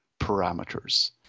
parameters